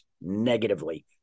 negatively